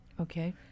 Okay